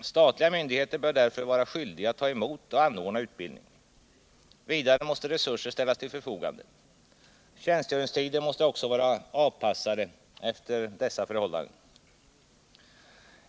Statliga myndigheter bör därvid vara skyldiga att ta emot och anordna utbildning. Vidare måste resurser ställas till förfogande. Tjänstgöringstider måste också vara avpassade efter nämnda förhållanden.